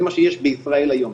זה מה שיש בישראל היום.